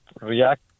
react